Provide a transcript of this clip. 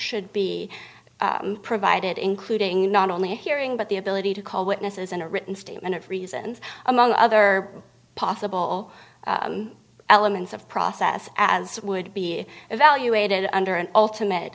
should be provided including not only a hearing but the ability to call witnesses in a written statement of reasons among other possible elements of process as would be evaluated under an ultimate